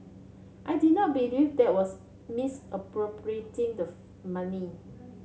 I did not believe that was misappropriating the money